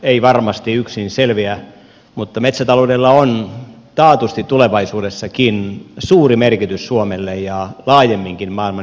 ei varmasti yksin selviä mutta metsätaloudella on taatusti tulevaisuudessakin suuri merkitys suomelle ja laajemminkin maailmanyhteisölle